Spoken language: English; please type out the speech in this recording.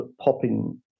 popping